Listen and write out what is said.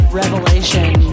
revelation